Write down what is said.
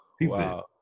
Wow